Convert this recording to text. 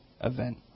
event